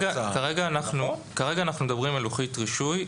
כרגע אנחנו מדברים על לוחית רישוי.